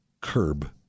curb